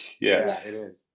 yes